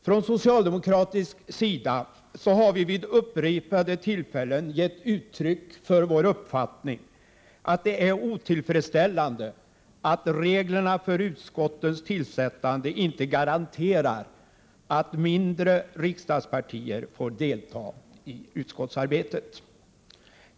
Från socialdemokratisk sida har vi vid upprepade tillfällen gett uttryck för vår uppfattning att det är otillfredsställande att reglerna för utskottens tillsättande inte garanterar att mindre riksdagspartier får delta i utskottsarbetet.